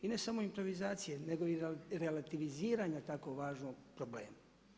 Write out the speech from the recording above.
I ne samo improvizacije, nego i relativiziranja tako važnog problema.